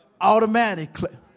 automatically